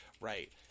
right